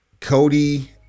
Cody